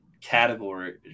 category